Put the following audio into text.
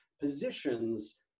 positions